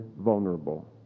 vulnerable